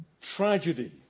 tragedy